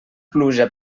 pluja